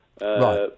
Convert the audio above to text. Right